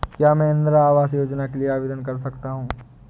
क्या मैं इंदिरा आवास योजना के लिए आवेदन कर सकता हूँ?